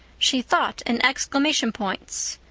she thought in exclamation points.